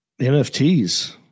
NFTs